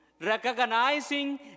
recognizing